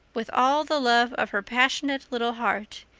with all the love of her passionate little heart,